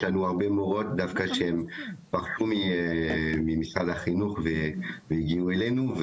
יש לנו דווקא הרבה מורות שפרשו ממשרד החינוך והגיעו אלינו,